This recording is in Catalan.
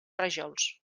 rajols